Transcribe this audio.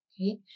Okay